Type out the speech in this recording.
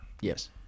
Yes